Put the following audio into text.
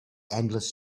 endless